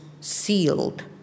sealed